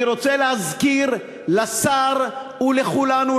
אני רוצה להזכיר לשר ולכולנו,